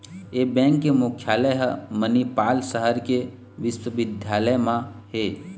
ए bank के मुख्यालय ह मनिपाल सहर के बिस्वबिद्यालय म हे